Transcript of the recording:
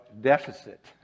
deficit